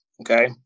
Okay